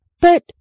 But